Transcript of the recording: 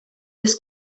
des